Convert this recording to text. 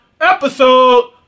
episode